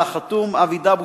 על החתום: אבי דבוש,